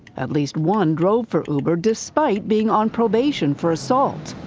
at least one drove for uber despite being on probation for assault.